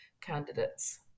candidates